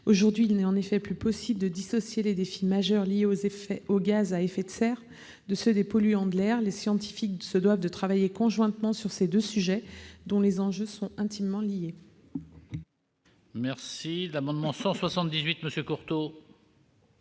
Aujourd'hui, il n'est, en effet, plus possible de dissocier les défis majeurs liés aux gaz à effet de serre de ceux des polluants de l'air. Les scientifiques se doivent de travailler conjointement sur ces deux sujets dont les enjeux sont intimement liés. L'amendement n° 178, présenté